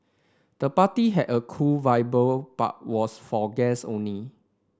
the party had a cool but was for guests only